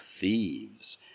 thieves